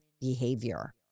behavior